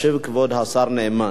ישיב כבוד השר נאמן.